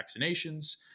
vaccinations